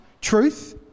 truth